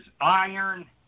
iron